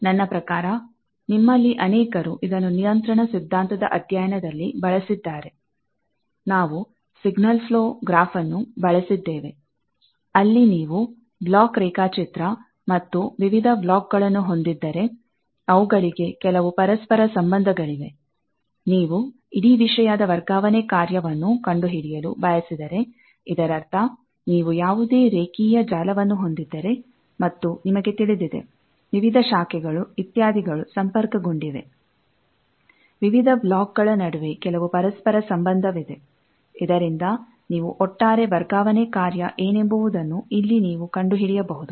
ನನ್ನ ಪ್ರಕಾರ ನಿಮ್ಮಲ್ಲಿ ಅನೇಕರು ಇದನ್ನು ನಿಯಂತ್ರಣ ಸಿದ್ಧಾಂತದ ಅಧ್ಯಯನದಲ್ಲಿ ಬಳಸಿದ್ದಾರೆ ನಾವು ಸಿಗ್ನಲ್ ಪ್ಲೋ ಗ್ರಾಫ್ ನ್ನು ಬಳಸಿದ್ದೇವೆ ಅಲ್ಲಿ ನೀವು ಬ್ಲಾಕ್ ರೇಖಾಚಿತ್ರ ಮತ್ತು ವಿವಿಧ ಬ್ಲಾಕ್ಗಳನ್ನು ಹೊಂದಿದ್ದರೆ ಅವುಗಳಿಗೆ ಕೆಲವು ಪರಸ್ಪರ ಸಂಬಂಧಗಳಿವೆ ನೀವು ಇಡೀ ವಿಷಯದ ವರ್ಗಾವಣೆ ಕಾರ್ಯವನ್ನು ಕಂಡುಹಿಡಿಯಲು ಬಯಸಿದರೆ ಇದರರ್ಥ ನೀವು ಯಾವುದೇ ರೇಖೀಯ ಜಾಲವನ್ನು ಹೊಂದಿದ್ದರೆ ಮತ್ತು ನಿಮಗೆ ತಿಳಿದಿದೆ ವಿವಿಧ ಶಾಖೆಗಳು ಇತ್ಯಾದಿಗಳು ಸಂಪರ್ಕಗೊಂಡಿವೆ ವಿವಿಧ ಬ್ಲಾಕ್ಗಳ ನಡುವೆ ಕೆಲವು ಪರಸ್ಪರ ಸಂಬಂಧವಿದೆ ಇದರಿಂದ ನೀವು ಒಟ್ಟಾರೆ ವರ್ಗಾವಣೆ ಕಾರ್ಯ ಏನೆಂಬುವುದನ್ನು ಇಲ್ಲಿ ನೀವು ಕಂಡು ಹಿಡಿಯಬಹುದು